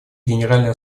генеральная